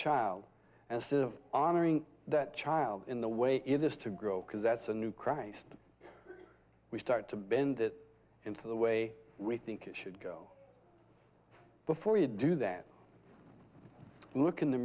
serve honoring that child in the way it is to grow because that's a new christ we start to bend it into the way we think it should go before you do that look in the